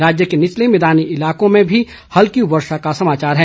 राज्य के निचले मैदानी इलाकों में भी हल्की वर्षा का समाचार है